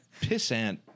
pissant